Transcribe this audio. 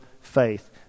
faith